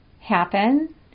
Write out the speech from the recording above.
happen